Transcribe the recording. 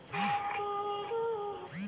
times interest earned भी बोलल जाला